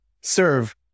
serve